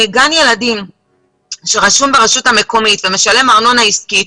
גן ילדים שרשום ברשות המקומית ומשלם ארנונה עסקית,